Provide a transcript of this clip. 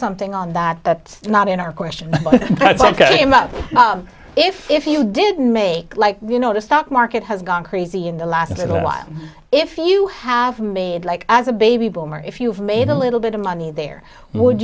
something on that that's not in our question that's ok money if you didn't make like you know the stock market has gone crazy in the last a while if you have made like as a baby boomer if you've made a little bit of money there would